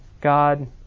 God